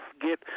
get